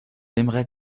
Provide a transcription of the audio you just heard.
aimeraient